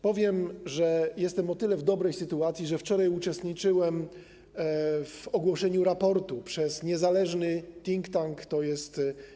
Powiem, że jestem o tyle w dobrej sytuacji, że wczoraj uczestniczyłem w ogłoszeniu raportu przez niezależny think-tank, tj.